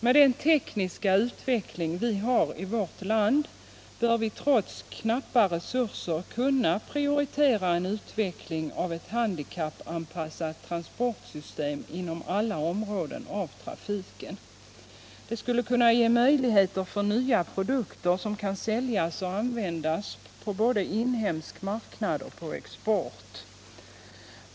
Med den tekniska utveckling vi har i vårt land bör vi trots knappa resurser kunna prioritera en utveckling av ett handikappanpassat Det skulle kunna ge möjligheter för nya produkter som kan säljas och användas på både inhemsk marknad och export.